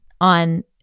on